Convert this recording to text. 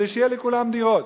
כדי שיהיו לכולם דירות.